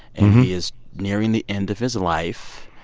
and he is nearing the end of his life.